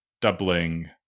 doubling